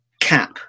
cap